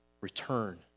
return